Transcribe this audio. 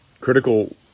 Critical